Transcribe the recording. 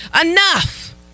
Enough